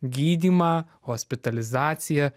gydymą hospitalizaciją